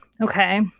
okay